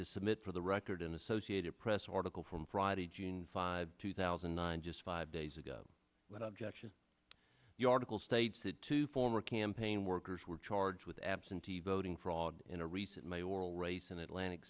to submit for the record an associated press article from friday june five two thousand and nine just five days ago when objections the article states that two former campaign workers were charged with absentee voting fraud in a recent may oral race in atlantic